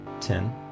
ten